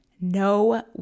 no